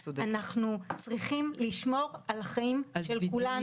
אנחנו צריכים לשמור על החיים של כולנו.